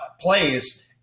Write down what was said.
plays